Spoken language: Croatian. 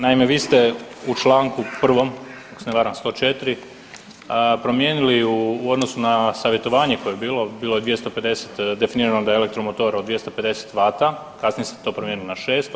Naime, vi ste u članku prvom ako se ne varam 104. promijenili u odnosu na savjetovanje koje je bilo, bilo je 250, definirano da elektromotor od 250 vata, kasnije se to promijenilo na 600.